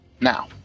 Now